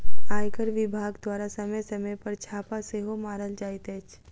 आयकर विभाग द्वारा समय समय पर छापा सेहो मारल जाइत अछि